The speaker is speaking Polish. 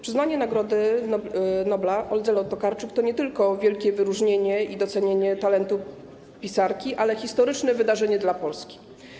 Przyznanie Nagrody Nobla Oldze Tokarczuk to nie tylko wielkie wyróżnienie i docenienie talentu pisarki, ale też historyczne wydarzenie dla Polski.